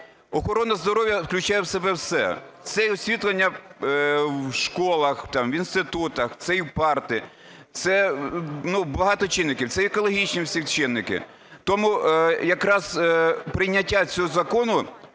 Охорона здоров'я включає в себе все: це і освітлення в школах, там в інститутах, це і парти, це багато чинників, це екологічні всі чинники. Тому якраз прийняття цього закону